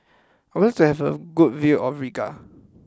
I would like to have a good view of Riga